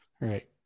right